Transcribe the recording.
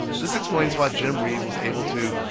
this explains why jim reeb was able to,